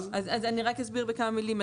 אני רק אסביר בכמה מילים.